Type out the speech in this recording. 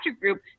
group